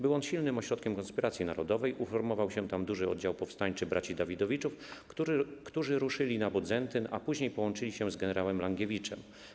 Był on silnym ośrodkiem konspiracji narodowej, uformował się tam duży oddział powstańczy braci Dawidowiczów, którzy ruszyli na Bodzentyn, a później połączyli się z gen. Langiewiczem.